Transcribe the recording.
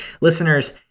Listeners